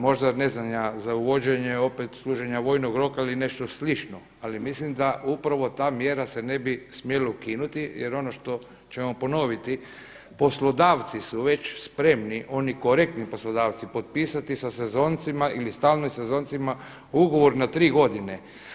Možda, ne znam ja za uvođenje opet služenja vojnog roka ili nešto slično ali mislim da upravo ta mjera se ne bi smjela ukinuti jer ono što ćemo ponoviti poslodavci su već spremni, oni korektni poslodavci potpisati sa sezoncima ili stalnim sezoncima ugovor na 3 godine.